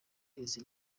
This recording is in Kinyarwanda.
izi